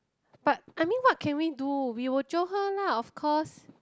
but I meant what can we do we will jio her lah of course